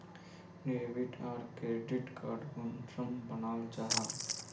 Debit आर credit card कुंसम बनाल जाहा?